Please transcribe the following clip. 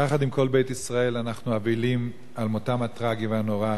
יחד עם כל בית ישראל אנחנו אבלים על מותם הטרגי והנורא